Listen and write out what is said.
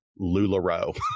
LuLaRoe